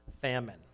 famine